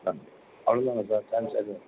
ஆ அவ்வளோதான சார்